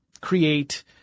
create